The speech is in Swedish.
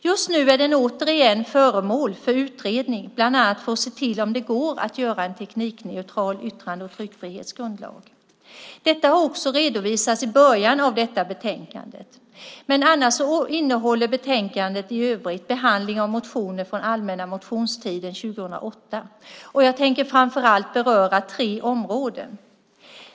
Just nu är den återigen föremål för utredning, bland annat för att se om det går att göra en teknikneutral yttrande och tryckfrihetsgrundlag. Detta har redovisats i början av detta betänkande. Betänkandet innehåller i övrigt behandling av motioner från allmänna motionstiden 2008. Jag tänker framför allt beröra tre områden.